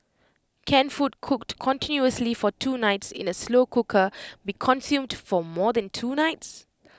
can food cooked continuously for two nights in A slow cooker be consumed for more than two nights